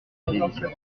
télévision